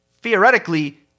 theoretically